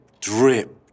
drip